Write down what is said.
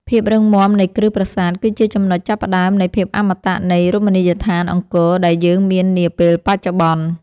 ភាពរឹងមាំនៃគ្រឹះប្រាសាទគឺជាចំណុចចាប់ផ្តើមនៃភាពអមតៈនៃរមណីយដ្ឋានអង្គរដែលយើងមាននាពេលបច្ចុប្បន្ន។